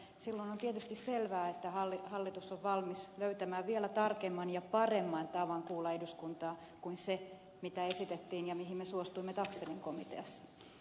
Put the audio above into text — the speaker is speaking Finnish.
silloin on tietysti selvää että hallitus on valmis löytämään vielä tarkemman ja paremman tavan kuulla eduskuntaa kuin se mitä esitettiin ja mihin me suostuimme taxellin komiteassa